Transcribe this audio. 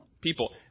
people